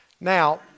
Now